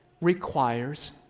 requires